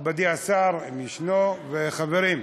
מכובדי השר, אם ישנו, חברים,